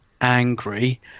angry